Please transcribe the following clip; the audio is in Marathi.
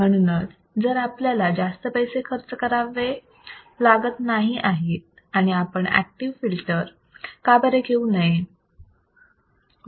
म्हणूनच जर आपल्याला जास्त पैसे खर्च करावे लागत नाही आहेत तर आपण ऍक्टिव्ह फिल्टर का बरे घेऊ नये